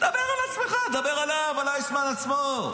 דבר על עצמך, דבר עליו, איסמן עצמו.